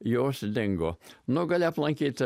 jos dingo nu gali aplankyti